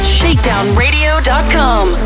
shakedownradio.com